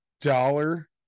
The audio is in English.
dollar